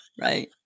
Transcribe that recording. right